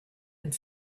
and